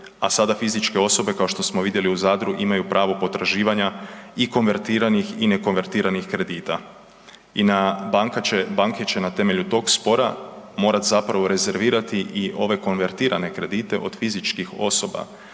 a sada fizičke osobe kao što smo vidjeli u Zadru imaju pravo potraživanja i konvertiranih i ne konvertiranih kredita. Banke će na temelju tog spora morati rezervirati i ove konvertirane kredite od fizičkih osoba